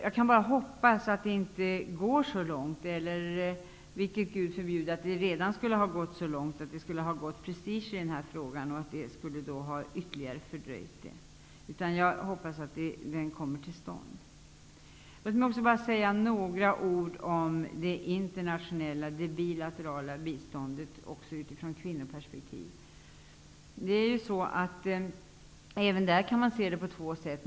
Jag kan bara hoppas att det inte har gått så långt -- vilket Gud förbjude -- att det blivit fråga om prestige här och att det skulle ha fördröjt det hela ytterligare. Jag hoppas alltså att den här professuren kommer till stånd. Så några ord om det internationella, bilaterala, biståndet också i ett kvinnoperspektiv. Även här kan man se saken på två sätt.